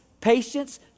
patience